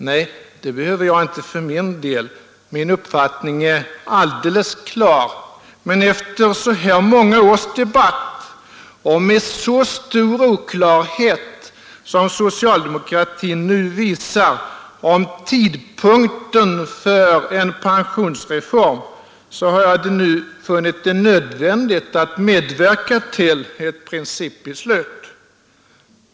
Nej, det behöver jag inte för min del — min uppfattning är alldeles klar. Men efter så här många års debatt och med så stor oklarhet som socialdemokratin nu visar om tidpunkten för en pensionsreform har jag nu funnit det nödvändigt att medverka till ett principbeslut.